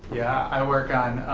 yeah, i work on